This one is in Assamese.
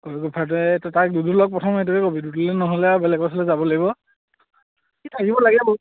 কৰিঅগ্ৰাফাৰটোৱে তাক দুদুলক প্ৰথম এইটোৱে ক'বি দুদুলে নহ'লে আৰু বেলেগৰ ওচৰলৈ যাব লাগিব সি থাকিব লাগে বাৰু